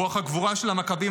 רוח הגבורה של המכבים,